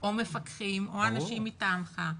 או מפקחים או אנשים מטעמך.